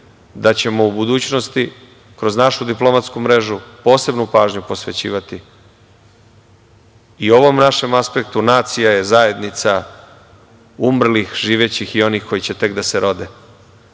da ćemo u budućnosti kroz našu diplomatsku mrežu posebnu pažnju posvećivati i ovom našem aspektu. Nacija je zajednica umrlih, živećih i onih koji će tek da se rode